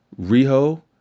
Riho